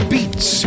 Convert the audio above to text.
Beats